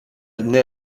naît